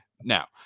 Now